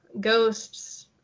ghosts